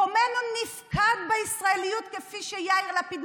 מקומנו נפקד בישראליות כפי שיאיר לפיד,